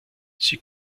sie